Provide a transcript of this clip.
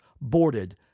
boarded